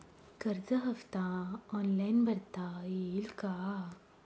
कर्ज हफ्ता ऑनलाईन भरता येईल का?